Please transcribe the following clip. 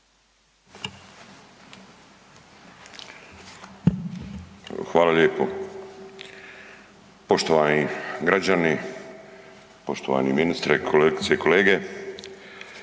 Hvala lijepo. Poštovani građani, poštovani ministre, kolegice i kolege.